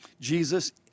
Jesus